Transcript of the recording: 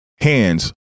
hands